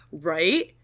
Right